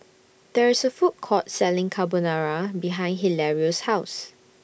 There IS A Food Court Selling Carbonara behind Hilario's House